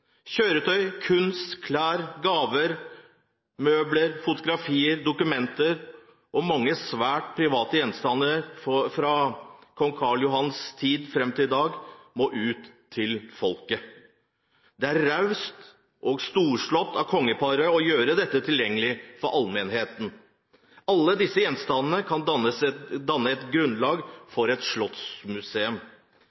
Kjøretøy, kunst, klær, gaver, møbler, fotografier, dokumenter og mange svært private gjenstander fra kong Karl Johans tid fram til i dag må ut til folket. Det er raust og storslått av kongeparet å gjøre dette tilgjengelig for allmennheten. Alle disse gjenstandene kan danne et grunnlag